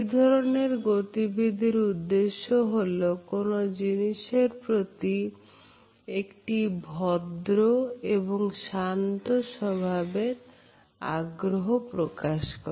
এধরনের গতিবিধির উদ্দেশ্য হলো কোন জিনিসের প্রতি একটি ভদ্র এবং শান্ত স্বভাবের আগ্রহ প্রকাশ করা